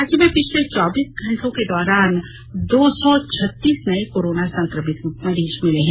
राज्य में पिछले चौबीस घंटे के दौरान दो सौ छत्तीस नये कोरोना संक्रमित मरीज मिले है